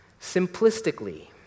simplistically